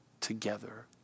together